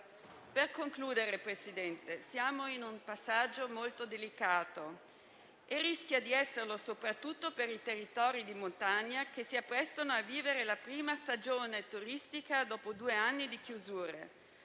Per concludere, signor Presidente, siamo in un passaggio molto delicato che rischia di esserlo soprattutto per i territori di montagna che si apprestano a vivere la prima stagione turistica dopo due anni di chiusure;